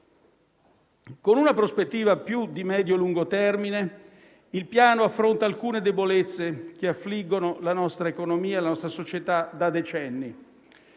Con una prospettiva più di medio e lungo termine, il Piano affronta alcune debolezze che affliggono la nostra economia e la nostra società da decenni: